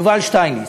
יובל שטייניץ,